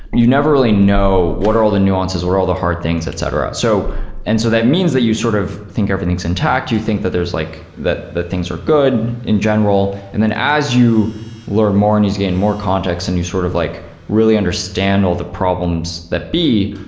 you never really know what are all the nuances, or all the hard things, etc. so and so that means that you sort of think everything's intact, you think that there's like that things are good in general and then as you learn more and as you gain more context and you sort of like really understand all the problems that be,